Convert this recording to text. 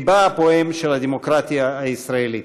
לבה הפועם של הדמוקרטיה הישראלית.